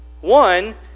One